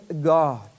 God